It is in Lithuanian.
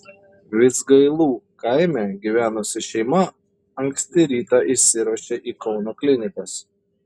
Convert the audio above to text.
vidzgailų kaime gyvenusi šeima anksti rytą išsiruošė į kauno klinikas